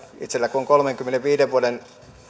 itsellä kun on kolmenkymmenenviiden vuoden